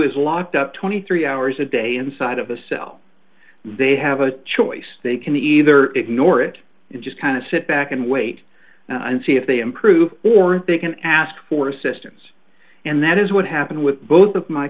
is locked up twenty three hours a day inside of a cell they have a choice they can either ignore it it just kind of sit back and wait and see if they improve or they can ask for assistance and that is what happened with both of my